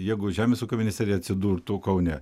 jeigu žemės ūkio ministerija atsidurtų kaune